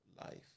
life